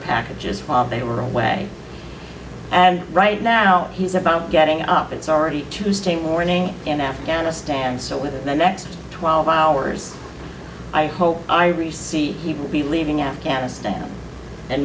packages they were away and right now he's about getting up it's already tuesday morning in afghanistan so with the next twelve hours i hope i receive he will be leaving afghanistan and